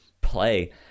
play